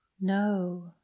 No